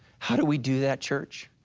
how do we do that church?